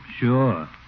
Sure